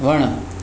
वणु